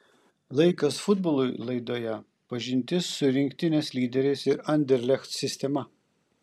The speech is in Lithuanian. laikas futbolui laidoje pažintis su rinktinės lyderiais ir anderlecht sistema